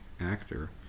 actor